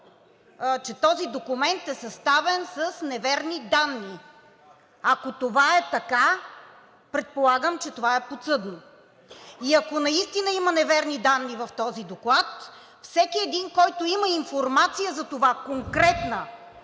че този документ е съставен с неверни данни. Ако това е така, предполагам, че това е подсъдно. Ако наистина има неверни данни в този доклад, всеки един, който има конкретна информация за това, а не